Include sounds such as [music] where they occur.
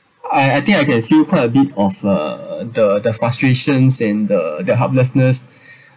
I I think I can feel quite a bit of uh the the frustrations and the the helplessness [breath]